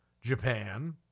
Japan